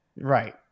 Right